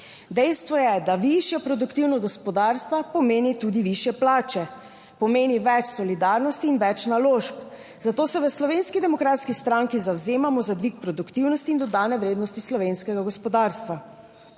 Dejstvo je, da višja produktivnost gospodarstva pomeni tudi višje plače, pomeni več solidarnosti in več naložb, zato se v Slovenski demokratski stranki zavzemamo za dvig produktivnosti in dodane vrednosti slovenskega gospodarstva.